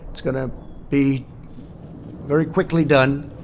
it's going to be very quickly done,